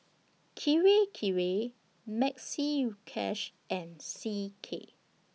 Kirei Kirei Maxi Cash and C K